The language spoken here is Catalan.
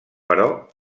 però